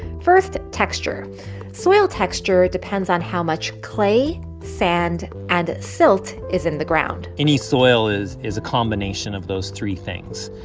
first, texture soil texture depends on how much clay, sand and silt is in the ground any soil is is a combination of those three things.